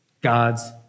God's